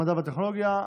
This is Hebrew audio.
המדע והטכנולוגיה,